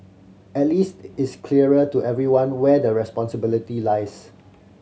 at least it's clearer to everyone where the responsibility lies